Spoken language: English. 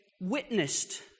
witnessed